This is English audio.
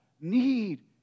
need